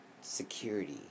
security